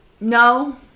No